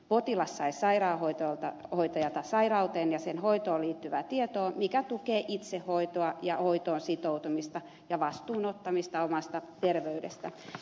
potilas sai sairaanhoitajalta sairauteen ja sen hoitoon liittyvää tietoa mikä tukee itsehoitoa ja hoitoon sitoutumista ja vastuun ottamista omasta terveydestä